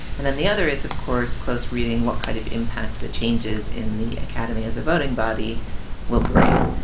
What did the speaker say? and then the other is, of course, close reading, what kind of impact the changes in the academy as a voting body will bring.